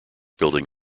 building